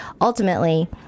ultimately